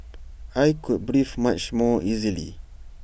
I could breathe much more easily